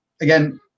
Again